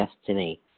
destiny